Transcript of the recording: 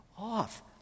off